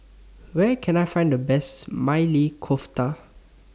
Where Can I Find The Best Maili Kofta